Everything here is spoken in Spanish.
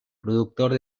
productor